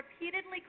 repeatedly